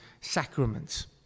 sacraments